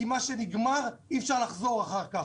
כי מה שנגמר אי אפשר להחזיר אחר כך.